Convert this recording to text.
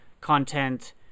content